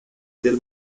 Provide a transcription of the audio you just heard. del